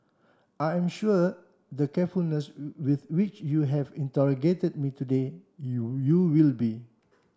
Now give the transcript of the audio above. I am sure the given with which you have interrogated me today you you will be